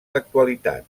l’actualitat